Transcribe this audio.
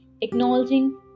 acknowledging